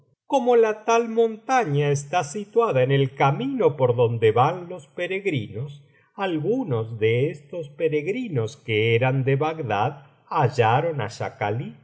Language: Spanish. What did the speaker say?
como la tal montaña está situada en el camino por donde van los peregrinos algunos de estos peregrinos que eran de bagdad hallaron á